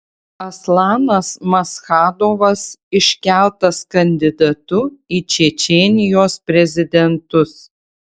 aslanas maschadovas iškeltas kandidatu į čečėnijos prezidentus